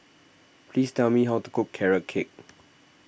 please tell me how to cook Carrot Cake